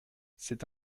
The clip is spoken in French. c’est